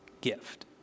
gift